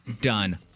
Done